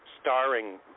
starring